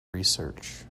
research